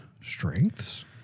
strengths